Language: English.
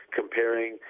comparing